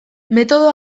metodo